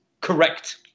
correct